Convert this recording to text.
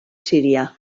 sirià